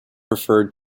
referred